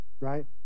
right